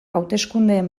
hauteskundeen